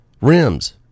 rims